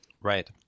right